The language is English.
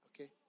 okay